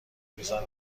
میزند